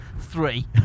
three